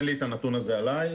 אין לי את הנתון הזה עליי.